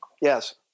Yes